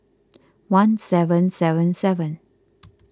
one seven seven seven